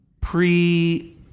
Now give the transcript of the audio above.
pre